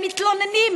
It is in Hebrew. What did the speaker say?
הם מתלוננים,